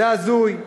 זה הזוי.